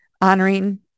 Honoring